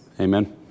Amen